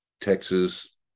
texas